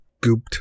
gooped